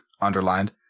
underlined